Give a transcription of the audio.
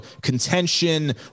contention